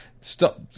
stop